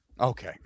Okay